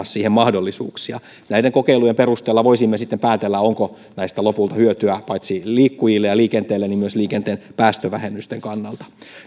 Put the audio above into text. siihen mahdollisuuksia näiden kokeilujen perusteella voisimme sitten päätellä onko näistä lopulta hyötyä paitsi liikkujille ja liikenteelle myös liikenteen päästövähennysten kannalta